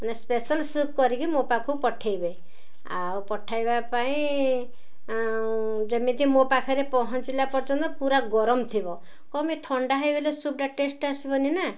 ମାନେ special soup କରିକି ମୋ ପାଖକୁ ପଠେଇବେ ଆଉ ପଠାଇବା ପାଇଁ ଯେମିତି ମୋ ପାଖରେ ପହଞ୍ଚିଲା ପର୍ଯ୍ୟନ୍ତ ପୁରା ଗରମ ଥିବ କଣ ପାଇଁ ଥଣ୍ଡା ହେଇଗଲେ ସୁପଟା ଟେଷ୍ଟ ଆସିବନି ନା